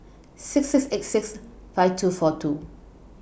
six six eight six five two four two